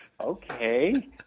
Okay